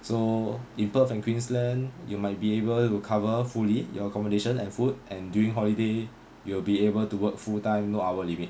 so in perth and queensland you might be able to cover fully your accommodation and food and during holiday you will be able to work full time no hour limit